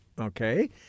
Okay